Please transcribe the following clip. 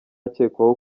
akekwaho